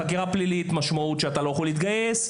חקירה פלילית, משמעות שאתה לא יכול להתגייס.